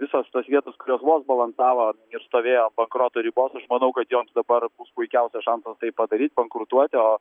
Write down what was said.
visos tos vietos kas vos balansavo ir stovėjo ant bankroto ribos aš manau kad joms dabar bus puikiausias šansas tai padaryt bankrutuoti o